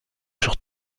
sur